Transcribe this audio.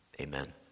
Amen